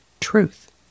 truth